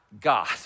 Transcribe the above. God